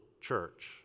church